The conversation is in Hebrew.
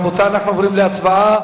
רבותי, אנחנו עוברים להצבעה.